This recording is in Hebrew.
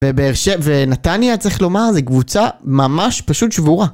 ונתניה, צריך לומר, זה קבוצה ממש פשוט שבורה.